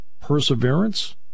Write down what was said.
perseverance